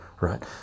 right